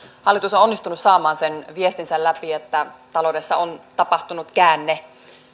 hallitus on onnistunut saamaan sen viestinsä läpi että taloudessa on tapahtunut käänne